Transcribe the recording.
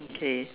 okay